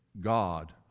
God